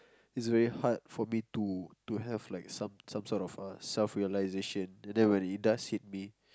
is very hard for me to to have some some sort of self realization and then when it does hit me